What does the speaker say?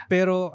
Pero